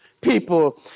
people